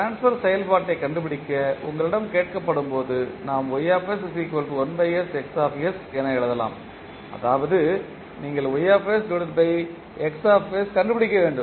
transfer செயல்பாட்டைக் கண்டுபிடிக்க உங்களிடம் கேட்கப்படும் போது நாம் என எழுதலாம் அதாவது நீங்கள் கண்டுபிடிக்க வேண்டும்